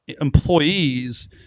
employees